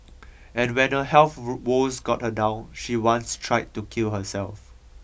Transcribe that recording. and when her health woes got her down she once tried to kill herself